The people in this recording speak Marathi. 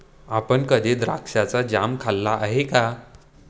आपण कधी द्राक्षाचा जॅम खाल्ला आहे का?